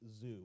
Zoo